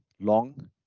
long